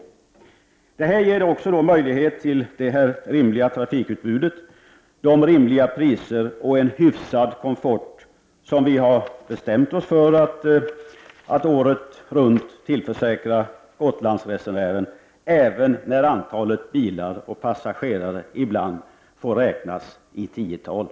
Statens bidrag ger också möjlighet till det rimliga trafikutbud, de rimliga priser och den hyfsade komfort som vi har bestämt oss för att året runt tillförsäkra Gotlandsresenären, detta trots att antalet bilar och passagerare ibland får räknas i tiotal.